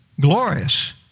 glorious